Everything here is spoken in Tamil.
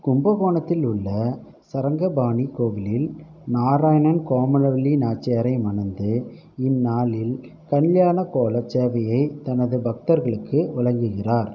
கும்பகோணத்தில் உள்ள சரங்கபாணி கோவிலில் நாராயணன் கோமலவல்லி நாச்சியாரை மணந்து இந்நாளில் கல்யாண கோலச் சேவையை தனது பக்தர்களுக்கு வழங்குகிறார்